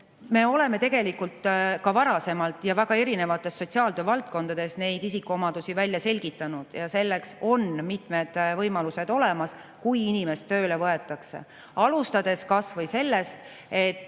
Me oleme tegelikult ka varasemalt erinevates sotsiaaltöövaldkondades neid isikuomadusi välja selgitanud – selleks on olemas mitmed võimalused –, kui inimene tööle võetakse. Alustades kas või sellest, et